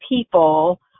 people